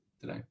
today